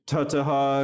Tataha